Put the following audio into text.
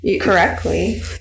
Correctly